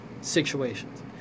situations